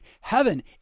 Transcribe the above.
Heaven